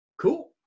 cool